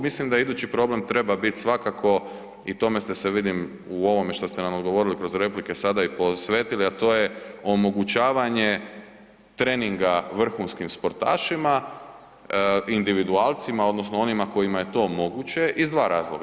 Mislim da idući problem treba bit svakako i tome ste se vidim u ovome što ste nam odgovorili kroz replike sada i posvetili, a to je omogućavanje treninga vrhunskim sportašima individualcima odnosno onima kojima je to moguće iz 2 razloga.